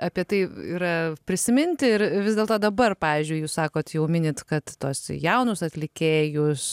apie tai yra prisiminti ir vis dėlto dabar pavyzdžiui jūs sakot jau minit kad tuos jaunus atlikėjus